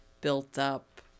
built-up